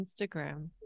instagram